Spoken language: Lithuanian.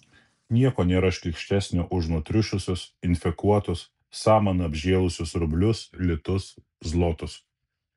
nieko nėra šlykštesnio už nutriušusius infekuotus samana apžėlusius rublius litus zlotus